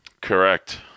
Correct